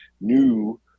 new